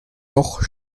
noch